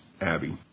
Abby